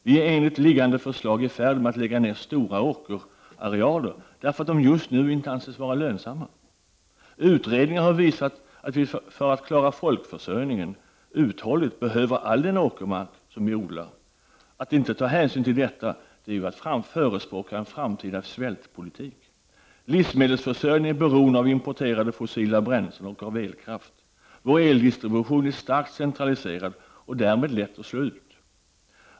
Vi är enligt liggande förslag i färd med att lägga ner stora åkerarealer därför att de just nu inte anses vara lönsamma. Utredningar har visat att vi för att uthålligt klara folkförsörjningen behöver utnyttja all den åkermark som vi nu använder för odling. Att inte ta hänsyn till detta är att förespråka en framtida svältpolitik. Livsmedelsförsörjningen är beroende av importerade fossila bränslen och av elkraft. Vår eldistribution är starkt centraliserad och därmed lätt att slå ut.